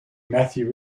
matthew